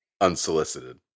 Unsolicited